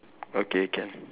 okay can